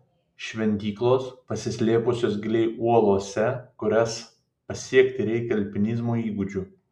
šventyklos pasislėpusios giliai uolose kurias pasiekti reikia alpinizmo įgūdžių